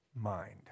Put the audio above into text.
mind